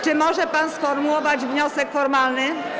Czy może pan sformułować wniosek formalny?